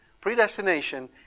Predestination